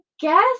guess